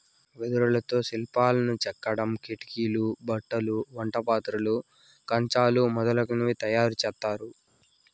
వెదురుతో శిల్పాలను చెక్కడం, కిటికీలు, బుట్టలు, వంట పాత్రలు, కంచెలు మొదలనవి తయారు చేత్తారు